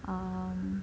mm